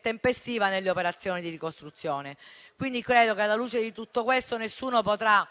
tempestiva nelle operazioni di ricostruzione. Quindi, credo che, alla luce di tutto questo, nessuno potrà